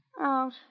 Out